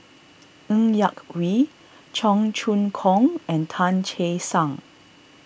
Ng Yak Whee Cheong Choong Kong and Tan Che Sang